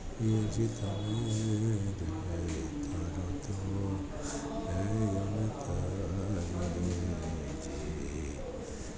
એ જી તને રે તારો તો એ અને તને જે